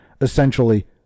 essentially